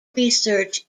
research